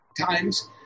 times